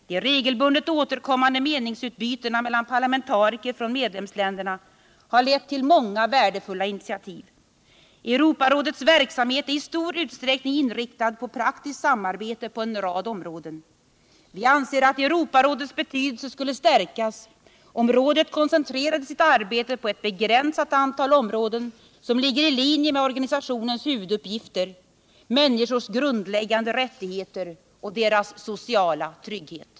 De regelbundet återkommande meningsutbytena mellan parlamentariker från medlemsländerna har lett till många värdefulla initiativ. Europarådets verksamhet är i stor utsträckning inriktad på praktiskt samarbete på en rad områden. Vi anser att Europarådets betydelse skulle stärkas om rådet koncentrerade sitt arbete på ett begränsat antal områden som ligger i linje med organisationens huvuduppgifter: människors grundläggande rättigheter och deras sociala trygghet.